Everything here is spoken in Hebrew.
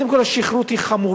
קודם כול השכרות היא חמורה,